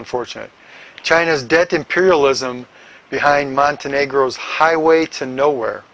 unfortunate china's debt imperialism behind montenegro's highway to nowhere